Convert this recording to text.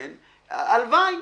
הלוואי.